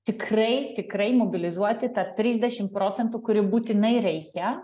tikrai tikrai mobilizuoti tą trisdešim procentų kurių būtinai reikia